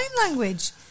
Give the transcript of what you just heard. language